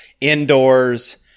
indoors